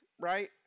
right